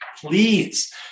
please